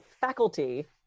faculty